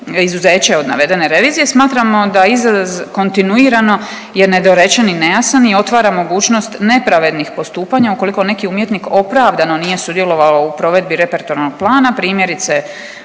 izuzeće od navedene revizije smatramo da izraz kontinuirano je nedorečen i nejasan i otvara mogućnost nepravednih postupanja ukoliko neki umjetnik opravdano nije sudjelovao u provedbi repertoarnog plana, primjerice